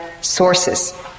sources